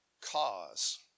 cause